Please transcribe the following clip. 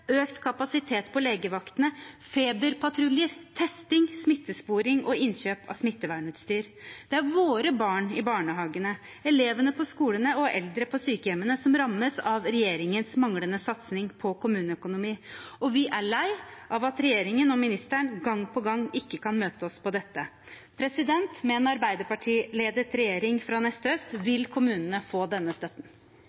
økt kapasitet på legevaktene, feberpatruljer, testing, smittesporing og innkjøp av smittevernutstyr. Det er våre barn i barnehagene, elevene på skolene og eldre på sykehjemmene som rammes av regjeringens manglende satsning på kommuneøkonomi, og vi er lei av at regjeringen og ministeren, gang på gang, ikke kan møte oss på dette.» Med en Arbeiderparti-ledet regjering fra